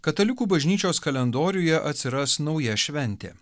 katalikų bažnyčios kalendoriuje atsiras nauja šventė